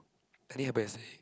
clear by yesterday